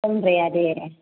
खम जाया दे